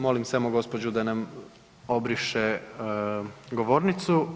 Molim samo gospođu da nam obriše govornicu.